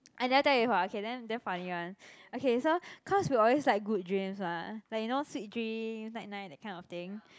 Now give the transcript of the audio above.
I never tell you before ah okay then damn funny one okay so cause we always like good dreams mah like you know sweet dream night night that kind of thing